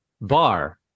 bar